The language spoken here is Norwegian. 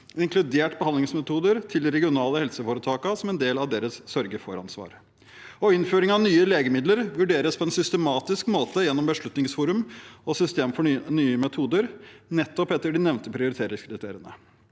inkludert behandlingsmetoder, til de regionale helseforetakene som en del av deres sørge-for-ansvar. Innføring av nye legemidler vurderes på en systematisk måte gjennom Beslutningsforum og Nye metoder, nettopp etter de nevnte prioriteringskriteriene.